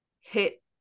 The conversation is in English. hit